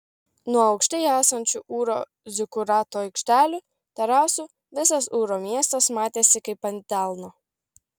nuo aukštai esančių ūro zikurato aikštelių terasų visas ūro miestas matėsi kaip ant delno